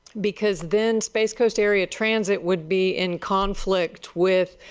because then space coast area transit would be in conflict with